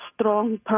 strong